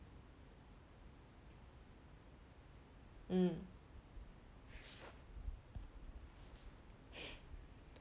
mm